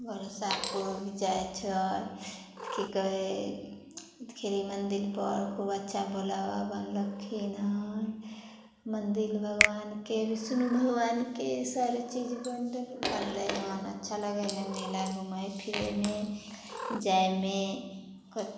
बरसापुर भी जाइ छै तऽ की कहै हइ तऽ गेली मन्दिर पर खूब अच्छा भोला बाबा बनलखिन हन मन्दिर भगबानके बिष्णु भगबानके सारा चीज बनलै हन अच्छा लागै हन मेला घूमै फिरैमे जाइमे क